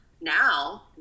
Now